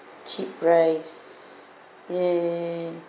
cheap price eh